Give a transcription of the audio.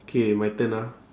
okay my turn ah